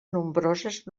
nombroses